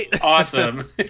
awesome